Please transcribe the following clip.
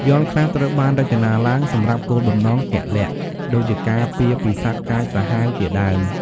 យ័ន្តខ្លះត្រូវបានរចនាឡើងសម្រាប់គោលបំណងជាក់លាក់ ដូចជាការពារពីសត្វកាចសាហាវជាដើម។